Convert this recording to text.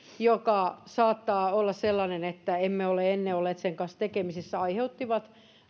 joka saattaa olla sellainen että emme ole ennen olleet sen kanssa tekemisissä ne aiheuttivat